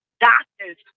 Doctors